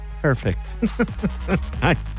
Perfect